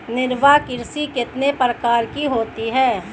निर्वाह कृषि कितने प्रकार की होती हैं?